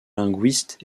linguistes